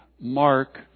Mark